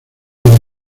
del